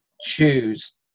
choose